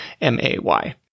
M-A-Y